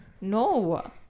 No